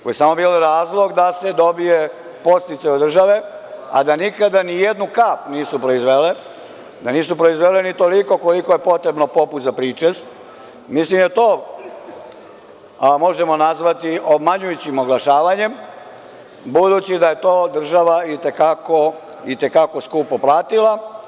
Samo je bio razlog da se dobije podsticaj od države,a da nikada ni jednu kap nisu proizvele, da nisu proizvele ni toliko koliko je potrebno popu za pričest, mislim da i to možemo nazvati obmanjujućim oglašavanjem, budući da je to država i te kako skupo platila.